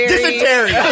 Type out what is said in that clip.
Dysentery